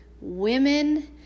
women